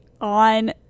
on